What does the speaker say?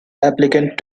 applicant